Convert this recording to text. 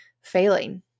failing